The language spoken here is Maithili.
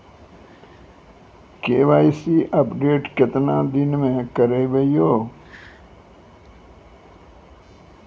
के.वाई.सी अपडेट केतना दिन मे करेबे यो?